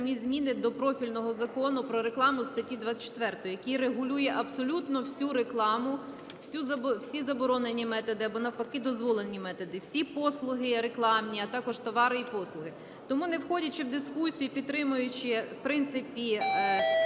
зміни до профільного Закону "Про рекламу", статті 24, який регулює абсолютно всю рекламу, всі заборонені методи або навпаки дозволені методи, всі послуги рекламні, а також товари і послуги. Тому, не входячи в дискусію і підтримуючи в принципі